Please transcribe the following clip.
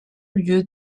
lieu